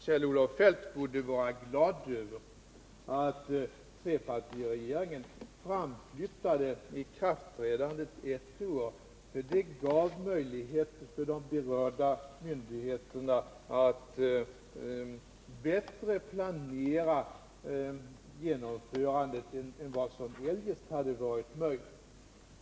Kjell-Olof Feldt borde vara glad över att trepartiregeringen framflyttade ikraftträdandet ett år, ty det gav möjlighet för de berörda myndigheterna att bättre planera genomförandet än vad som eljest hade varit möjligt.